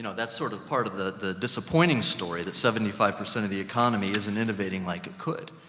know. that's sort of part of the the disappointing story, that seventy five percent of the economy isn't innovating like it could.